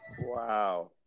Wow